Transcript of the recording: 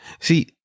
See